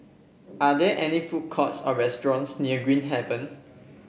are there any food courts or restaurants near Green Haven